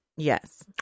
Yes